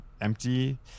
empty